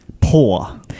Poor